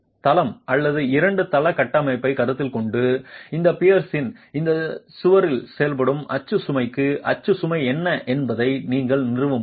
ஒரு தளம் அல்லது இரண்டு தள கட்டமைப்பைக் கருத்தில் கொண்டு இந்த பியர்ஸின் இந்த சுவரில் செயல்படும் அச்சு சுமைக்கு அச்சு சுமை என்ன என்பதை நீங்கள் நிறுவ முடியும்